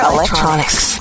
Electronics